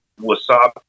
wasabi